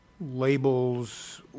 labels